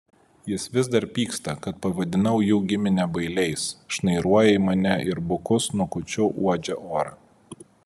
jis vis dar pyksta kad pavadinau jų giminę bailiais šnairuoja į mane ir buku snukučiu uodžia orą